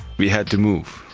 we had to move!